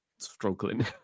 struggling